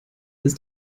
ist